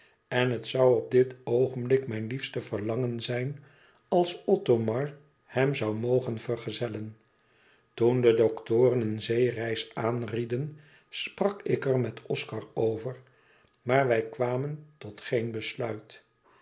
en het zoû op dit oogenblik mijn liefste verlangen zijn als othomar hem zoû mogen vergezellen toen de doktoren een zeereis aanrieden sprak ik er met oscar over maar wij kwamen tot geen besluit